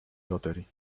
lottery